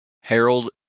Harold